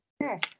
Yes